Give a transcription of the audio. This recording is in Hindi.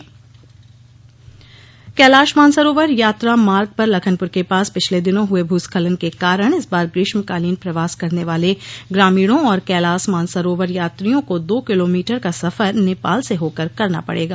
अस्थायी पुल कैलाश मानसरोवर यात्रा मार्ग पर लखनपुर के पास पिछले दिनों हुए भूस्खलन के कारण इस बार ग्रीष्मकालीन प्रवास करने वाले ग्रामीणों और कैलास मानसरोवर यात्रियों को दो किलोमीटर का सफर नेपाल से होकर करना पड़ेगा